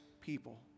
people